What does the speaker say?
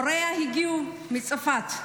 הוריה הגיעו מצפת.